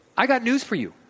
i got news for you.